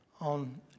on